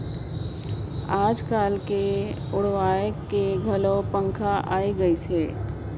आयज कायल तो उड़वाए के घलो पंखा आये गइस हे